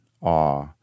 awe